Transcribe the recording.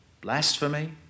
blasphemy